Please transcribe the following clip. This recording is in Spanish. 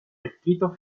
distrito